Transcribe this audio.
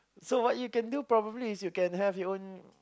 so what you can do probably is you can have your own